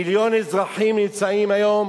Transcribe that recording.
מיליון אזרחים נמצאים היום